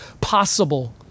possible